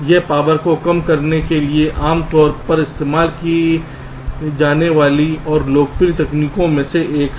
यह पावर को कम करने के लिए आमतौर पर इस्तेमाल की जाने वाली और लोकप्रिय तकनीकों में से एक है